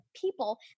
people